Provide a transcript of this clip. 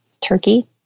Turkey